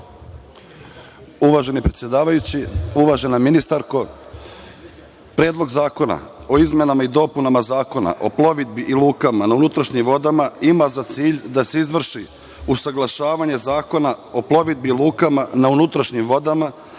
Uvaženi predsedavajući, uvažena ministarko, Predlog zakona o izmenama i dopunama Zakona o plovidbi i lukama na unutrašnjim vodama ima za cilj da se izvrši usaglašavanje Zakona o plovidbi i lukama na unutrašnjim vodama